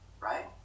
right